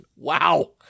wow